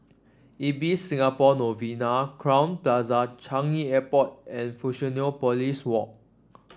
Ibis Singapore Novena Crowne Plaza Changi Airport and Fusionopolis Walk